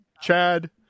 Chad